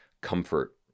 comfort